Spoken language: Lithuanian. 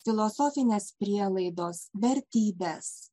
filosofinės prielaidos vertybės